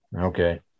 okay